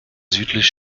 südlich